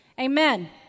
Amen